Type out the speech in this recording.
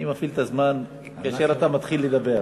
אני מפעיל את הזמן כשאתה מתחיל לדבר.